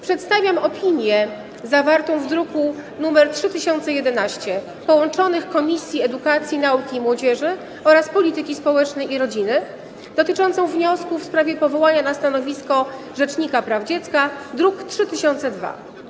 Przedstawiam opinię zawartą w druku nr 3011 połączonych Komisji: Edukacji, Nauki i Młodzieży oraz Polityki Społecznej i Rodziny, dotyczącą wniosku w sprawie powołania na stanowisko rzecznika praw dziecka, druk nr 3002.